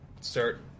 start